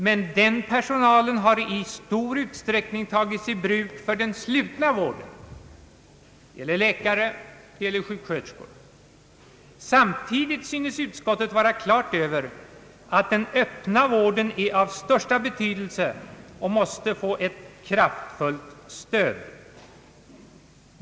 Men den personalen har i mycket stor utsträckning tagits i bruk för den slutna vården. Det gäller läkare och det gäller sjuksköterskor. Samtidigt tycks utskottet ha klart för sig, att den öppna vården är av största betydelse och måste få ett kraftfullt stöd.